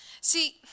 See